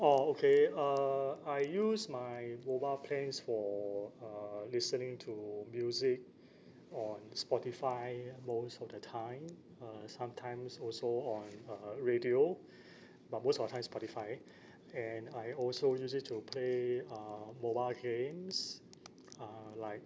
oh okay uh I use my mobile plans for uh listening to music on spotify most of the time uh sometimes also on uh radio but most of the time spotify and I also use it to play uh mobile games uh like